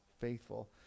faithful